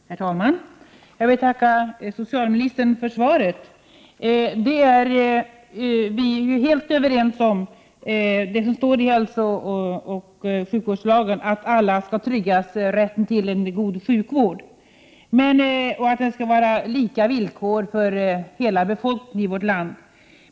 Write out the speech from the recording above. Herr talman! Jag vill tacka socialministern för svaret. Vi är helt överens om det som står i hälsooch sjukvårdslagen, dvs. att alla skall tryggas rätten till en god sjukvård och att det skall vara lika villkor för hela befolkningen i vårt land.